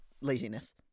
laziness